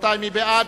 מי בעד?